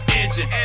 engine